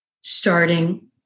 starting